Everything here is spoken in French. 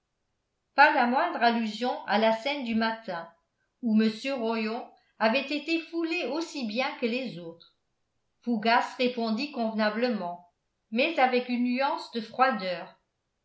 pas la moindre allusion à la scène du matin où mr rollon avait été foulé aussi bien que les autres fougas répondit convenablement mais avec une nuance de froideur